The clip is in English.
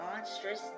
monstrous